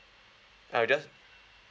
I'll just